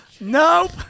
Nope